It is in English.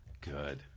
Good